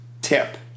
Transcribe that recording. Tip